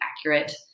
accurate